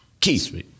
Keith